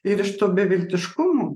ir iš to beviltiškumo